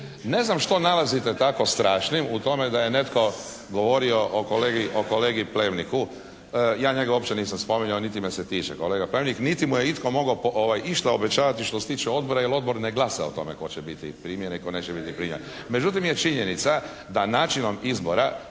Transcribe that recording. Ne znam što nalazite tako strašnim u tome da je netko govorio o kolegi Plevniku. Ja njega nisam uopće spominjao niti me se tiče kolega … /Govornik se ne razumije./ … niti mu je itko mogao išta obećavati što se tiče odbora jer odbor ne glasa o tome tko će biti primljen i tko neće biti primljen. Međutim je činjenica da načinom izbora